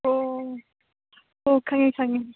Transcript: ꯑꯣ ꯑꯣ ꯈꯪꯉꯦ ꯈꯪꯉꯦ